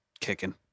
kicking